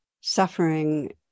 suffering